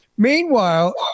Meanwhile